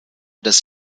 des